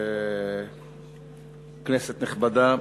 כנסת נכבדה,